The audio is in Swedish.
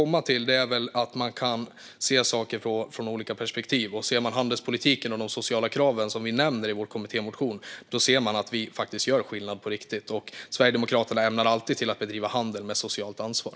Man kan se saker från olika perspektiv. Om man ser på handelspolitiken och de sociala krav som vi nämner i vår kommittémotion upptäcker man att vi faktiskt gör skillnad på riktigt. Sverigedemokraterna ämnar alltid bedriva handel med socialt ansvar.